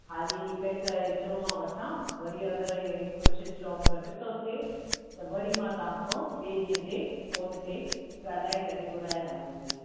हाली हिकु हिकु एतिरो मां वठां वरी अगरि हे कुछ स्टॉक घटि तो थे त वरी मां तांखो ॿे ॾींह ते फोन ते ॻाल्हाए करे घुरायांव ती